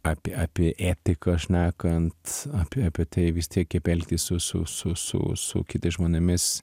apie apie etiką šnekant apie apie tai vis tiek kaip elgtis su su su su su kitais žmonėmis